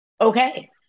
okay